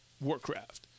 warcraft